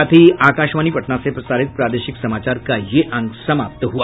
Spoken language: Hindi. इसके साथ ही आकाशवाणी पटना से प्रसारित प्रादेशिक समाचार का ये अंक समाप्त हुआ